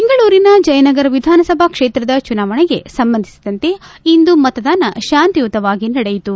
ಬೆಂಗಳೂರಿನ ಜಯನಗರ ವಿಧಾನಸಭಾ ಕ್ಷೇತ್ರದ ಚುನಾವಣೆಗೆ ಸಂಬಂಧಿಸಿದಂತೆ ಇಂದು ಮತದಾನ ಶಾಂತಿಯುತವಾಗಿ ನಡೆಯಿತು